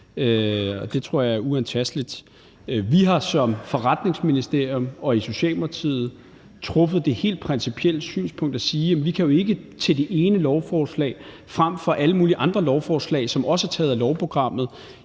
det tror jeg er uantasteligt. Vi har som forretningsministerium og i Socialdemokratiet indtaget det helt principielle synspunkt at sige, at vi kan jo ikke selektere det ene lovforslag frem for alle mulige andre lovforslag, som også er taget af lovprogrammet,